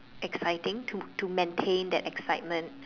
exciting to to maintain that excitement